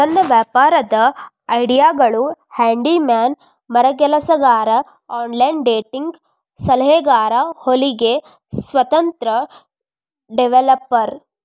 ಸಣ್ಣ ವ್ಯಾಪಾರದ್ ಐಡಿಯಾಗಳು ಹ್ಯಾಂಡಿ ಮ್ಯಾನ್ ಮರಗೆಲಸಗಾರ ಆನ್ಲೈನ್ ಡೇಟಿಂಗ್ ಸಲಹೆಗಾರ ಹೊಲಿಗೆ ಸ್ವತಂತ್ರ ಡೆವೆಲಪರ್